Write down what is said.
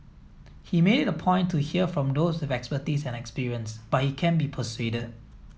he made it a point to hear from those with expertise and experience but he can be persuaded